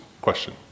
question